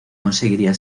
conseguiría